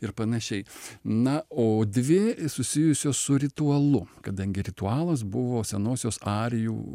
ir panašiai na o dvi susijusios su ritualu kadangi ritualas buvo senosios arijų